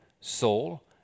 soul